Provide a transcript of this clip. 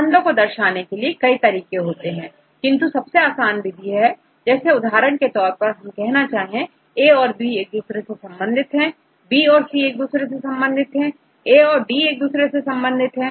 संबंधों को दर्शाने के लिए कई तरीके होते हैं परंतु यह आसान विधि है उदाहरण के तौर पर जैसे हम कहना चाहेA औरB एक दूसरे से संबंधित है B और C एक दूसरे से संबंधित है A और D एक दूसरे से संबंधित है